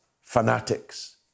fanatics